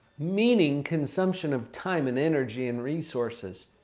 meaning consumption of time and energy and resources.